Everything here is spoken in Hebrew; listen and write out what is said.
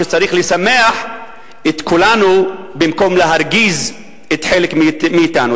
שצריך לשמח את כולנו במקום להרגיז חלק מאתנו.